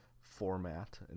format